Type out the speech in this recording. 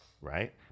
right